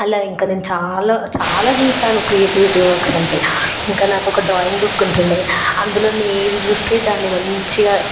అలా ఇంకా నేను చాలా చాలా చేశాను క్రియేటివిటీ వర్క్స్ అంటే ఇంకా నాకు ఒక డ్రాయింగ్ బుక్ ఉంటుండే అందులో ఏది చూస్తే దాన్ని మంచిగా